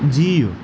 जीउ